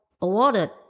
awarded